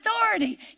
authority